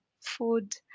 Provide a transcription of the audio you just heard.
food